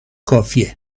کافیه